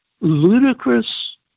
ludicrous